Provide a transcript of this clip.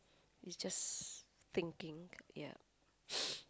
it's just thinking yeah